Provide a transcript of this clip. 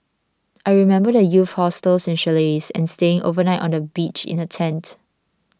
I remember the youth hostels and chalets and staying overnight on the beach in a tent